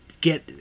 get